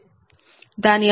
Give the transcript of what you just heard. దాని అర్థం I11 p